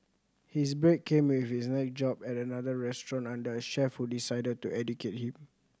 his break came with his next job at another restaurant under a chef who decided to educate him